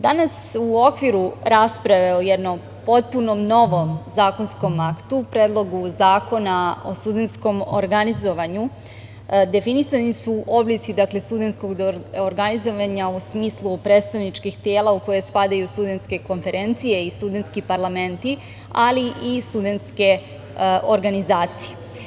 Danas u okviru rasprave o jednom potpuno novom zakonskom aktu, Predlogu zakona o studentskom organizovanju, definisani su, dakle, oblici studentskog organizovanja, u smislu predstavničkih tela u koje spadaju studentske konferencije i studentski parlamenti, ali i studentske organizacije.